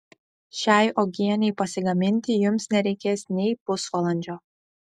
šiai uogienei pasigaminti jums nereikės nei pusvalandžio